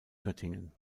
göttingen